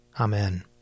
Amen